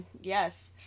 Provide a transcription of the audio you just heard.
Yes